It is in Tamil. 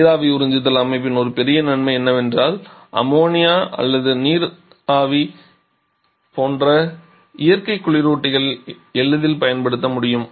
நீராவி உறிஞ்சுதல் அமைப்பின் ஒரு பெரிய நன்மை என்னவென்றால் அம்மோனியா அல்லது நீராவி போன்ற இயற்கை குளிரூட்டிகளை எளிதில் பயன்படுத்த முடியும்